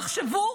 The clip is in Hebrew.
תחשבו,